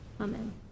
Amen